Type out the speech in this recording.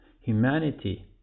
humanity